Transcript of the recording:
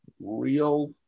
real